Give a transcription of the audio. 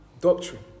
doctrine